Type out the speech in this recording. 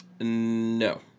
No